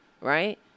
right